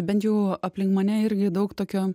bent jau aplink mane irgi daug tokio